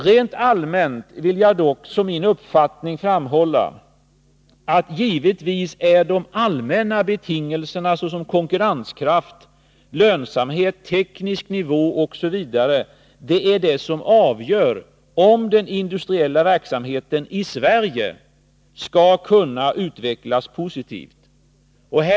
Rent allmänt vill jag dock som min uppfattning framhålla att de allmänna betingelserna — konkurrenskraft, lönsamhet, teknisk nivå osv. — givetvis är det som avgör om den industriella verksamheten i Sverige skall kunna utvecklas positivt.